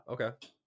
okay